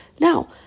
Now